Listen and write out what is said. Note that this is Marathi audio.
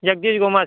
जगदीश घुमाते